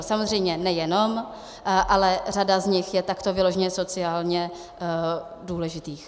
Samozřejmě nejenom, ale řada z nich je takto vyloženě sociálně důležitých.